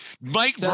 Mike